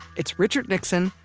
it's richard nixon,